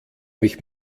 mich